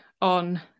on